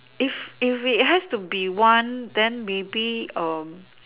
if if it has to be one then maybe